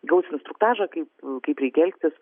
gaus instruktažą kaip kaip reikia elgtis